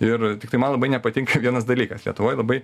ir tiktai man labai nepatinka vienas dalykas lietuvoj labai